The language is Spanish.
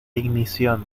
ignición